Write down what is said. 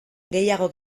gehiago